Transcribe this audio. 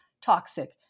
toxic